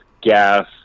gas